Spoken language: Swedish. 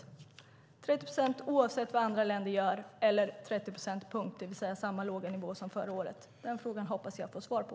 Är det 30 procent oavsett vad andra länder gör eller 30 procent - punkt, det vill säga samma låga nivå som förra året? Det hoppas jag få svar på.